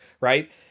right